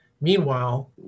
Meanwhile